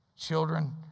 children